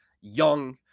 young